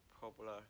popular